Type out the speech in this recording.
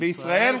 בישראל קונים.